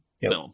film